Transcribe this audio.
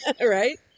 Right